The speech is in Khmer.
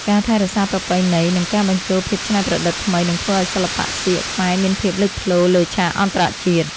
ការថែរក្សាប្រពៃណី និង ការបញ្ចូលភាពច្នៃប្រឌិតថ្មីនឹងធ្វើឱ្យសិល្បៈសៀកខ្មែរមានភាពលេចធ្លោលើឆាកអន្តរជាតិ។